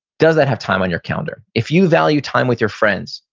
does that have time on your calendar? if you value time with your friends,